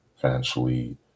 financially